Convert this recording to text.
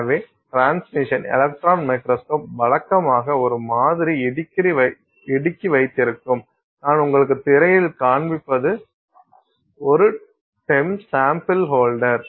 எனவே transmission electron microscope வழக்கமாக ஒரு மாதிரி இடுக்கி வைத்திருக்கும் நான் உங்களுக்கு திரையில் காண்பிப்பது ஒரு TEM சாம்பிள் ஹோல்டர்